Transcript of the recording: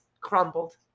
crumbled